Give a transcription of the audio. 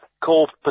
called